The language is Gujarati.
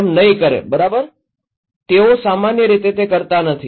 તેમ નઈ કરે બરાબર તેઓ સામાન્ય રીતે તે કરતા નથી